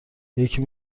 یکی